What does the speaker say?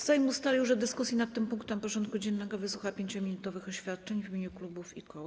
Sejm ustalił, że w dyskusji nad tym punktem porządku dziennego wysłucha 5-minutowych oświadczeń w imieniu klubów i koła.